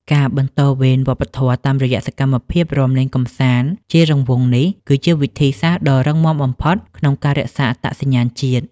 ការបន្តវេនវប្បធម៌តាមរយៈសកម្មភាពរាំលេងកម្សាន្តជារង្វង់នេះ គឺជាវិធីសាស្ត្រដ៏រឹងមាំបំផុតក្នុងការរក្សាអត្តសញ្ញាណជាតិ។